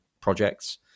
projects